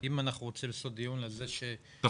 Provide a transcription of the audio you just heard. אם אנחנו רוצים לעשות דיון על זה ש- -- אתה